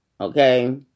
Okay